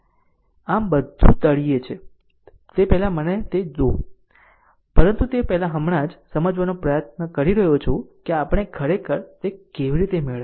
આમ બધું તળિયે છે તે પહેલાં મને તે દો પરંતુ તે હમણાં જ સમજાવવા પ્રયત્ન કરી રહ્યો છું કે આપણે ખરેખર તે કેવી રીતે મેળવ્યું